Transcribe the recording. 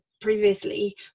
previously